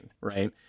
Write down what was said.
right